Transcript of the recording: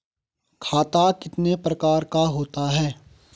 खाता कितने प्रकार का होता है?